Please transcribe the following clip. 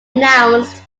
announced